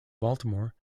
baltimore